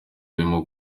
arimo